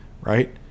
right